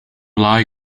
lie